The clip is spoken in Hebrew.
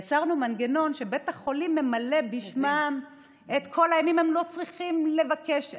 יצרנו מנגנון שבית החולים ממלא בשמן את כל הימים והן לא צריכות לבקש,